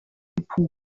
depot